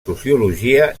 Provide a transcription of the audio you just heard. sociologia